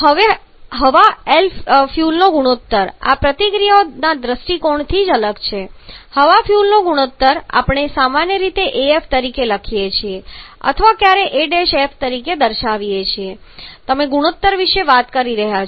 હવા ફ્યુઅલનો ગુણોત્તર આ પ્રતિક્રિયાના દૃષ્ટિકોણથી જ છે હવા ફ્યુઅલનો ગુણોત્તર આપણે સામાન્ય રીતે AF તરીકે લખીએ છીએ અથવા ક્યારેક આ AF પણ દર્શાવે છે કે તમે ગુણોત્તર વિશે વાત કરી રહ્યાં છો